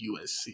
USC